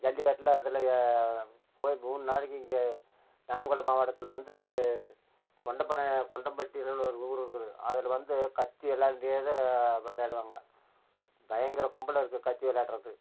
ஜல்லிக்கட்டில அதில் போய் மூணு நாளைக்கு இங்கே நாமக்கல் மாவட்டத்தில் வந்து கொண்டம்பாளையம் கொண்டம்பட்டியில உள்ள ஒரு ஊர் இருக்குது அதில் வந்து கத்தி எல்லாம் அங்கேயே தான் விளையாடுவாங்க பயங்கர கும்பலாக இருக்கும் கத்தி விளையாட்றது